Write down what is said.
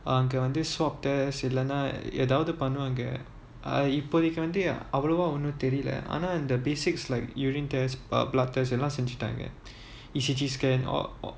அங்க வந்து:anga vanthu swab test இல்லனா ஏதாவது பண்ணுவாங்க இப்போதைக்கு வந்து அவ்ளோவா ஏதும் தெரில ஆனா அந்த:illanaa yethaavathu pannuvaanga ippothaiku vanthu avlovaa yethum therila aana antha the basics like urine test uh blood test செஞ்சிட்டாங்க:senjitaanga E_C_G test uh or